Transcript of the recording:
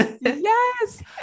Yes